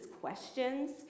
questions